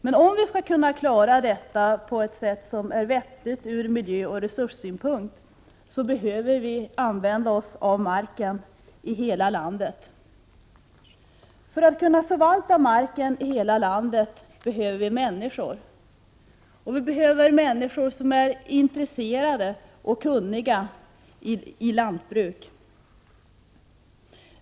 Men om vi skall klara detta på ett vettigt sätt från miljöoch resurssynpunkt, behöver vi använda oss av marken i hela landet. För att kunna förvalta marken behövs det människor som är intresserade av och kunniga i lantbruk.